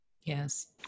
Yes